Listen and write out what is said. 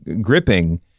gripping